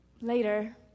Later